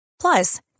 Plus